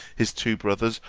his two brothers,